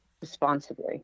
responsibly